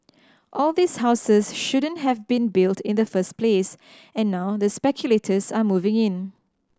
all these houses shouldn't have been built in the first place and now the speculators are moving in